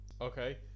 Okay